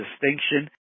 distinction